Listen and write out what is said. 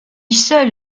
seul